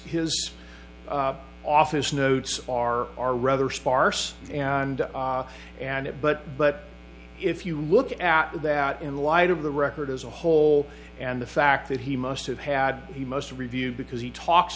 his office notes are are rather sparse and and it but but if you look at that in light of the record as a whole and the fact that he must have had he must review because he talks